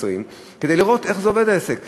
כדי לראות איך העסק עובד.